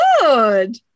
good